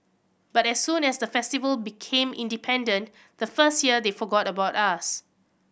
but as soon as the Festival became independent the first year they forgot about us